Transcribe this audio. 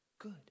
good